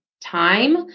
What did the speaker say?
time